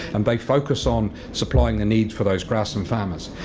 and they focus on supplying the needs for those grassland farmers.